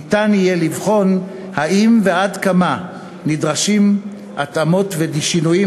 ניתן יהיה לבחון אם ועד כמה נדרשים התאמות ושינויים